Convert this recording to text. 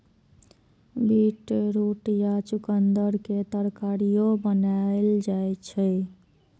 beetroot या चुकंदर के तरकारियो बनाएल जाइ छै